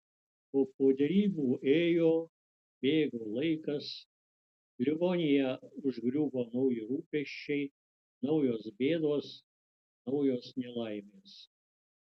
o po derybų ėjo bėgo laikas livoniją užgriuvo nauji rūpesčiai naujos bėdos naujos nelaimės